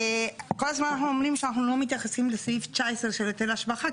כל הזמן אנחנו אומרים שאנחנו לא מתייחסים לסעיף 19 של היתר השבחה,